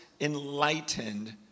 enlightened